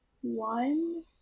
one